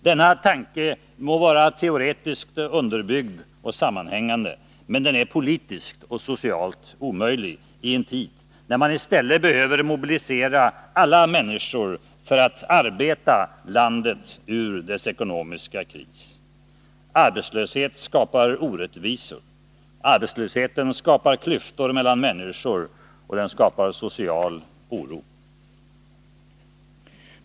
Denna tanke må vara teoretiskt underbyggd och sammanhängande, men den är politiskt och socialt omöjlig i en tid när man i stället behöver mobilisera alla människor för att arbeta landet ut ur dess ekonomiska kris. Arbetslöshet skapar orättvisor, klyftor mellan människor och social oro.